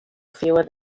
fewer